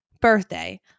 birthday